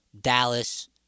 Dallas